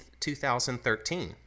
2013